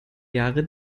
jahre